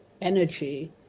energy